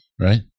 right